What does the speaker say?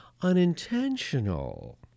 Unintentional